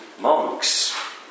monks